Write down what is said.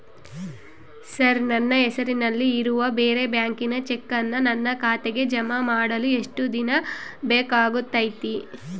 Sir ನನ್ನ ಹೆಸರಲ್ಲಿ ಇರುವ ಬೇರೆ ಬ್ಯಾಂಕಿನ ಚೆಕ್ಕನ್ನು ನನ್ನ ಖಾತೆಗೆ ಜಮಾ ಮಾಡಲು ಎಷ್ಟು ದಿನ ಬೇಕಾಗುತೈತಿ?